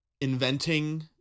inventing